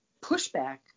pushback